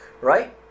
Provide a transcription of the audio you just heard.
right